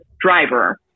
driver